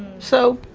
so,